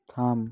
থাম